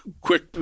quick